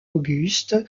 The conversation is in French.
auguste